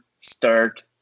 start